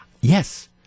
Yes